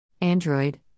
Android